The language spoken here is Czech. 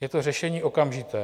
Je to řešení okamžité.